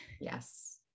Yes